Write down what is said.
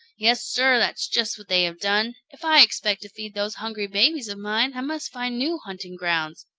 yes, sir, that's just what they have done! if i expect to feed those hungry babies of mine, i must find new hunting grounds.